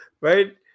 right